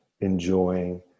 enjoying